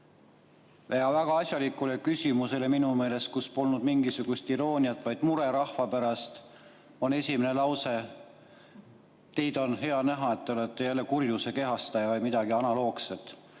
väga asjalikule küsimusele minu meelest, kus polnud mingisugust irooniat, vaid mure rahva pärast, oli esimene lause, et teid on hea näha, te olete jälle kurjuse kehastaja või midagi analoogset.